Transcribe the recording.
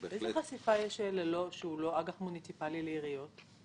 איזו חשיפה יש שהיא לא אג"ח מוניציפאלי לעיריות?